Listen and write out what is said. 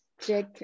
check